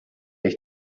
ich